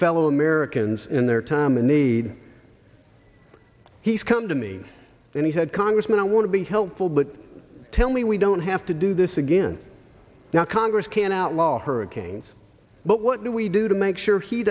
fellow americans in their time in need he's come to me and he said congressman i want to be helpful but tell me we don't have to do this again now congress can't outlaw hurricanes but what do we do to make sure he